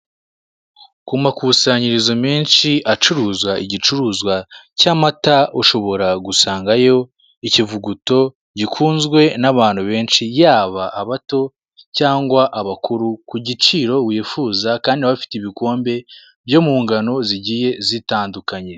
Ku makusanyirizo menshi acuruza igicuruzwa cy'amata ushobora gusangayo ikivuguto gikunzwe n'abantu benshi yaba abato cyangwa abakuru ku giciro wifuza kandi baba bafite ibikombe byo mungano zigiye zitandukanye.